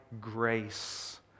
grace